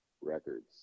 records